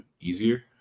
easier